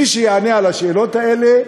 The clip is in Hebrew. מי שיענה על השאלות האלה,